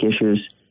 issues